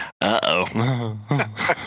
Uh-oh